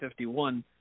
51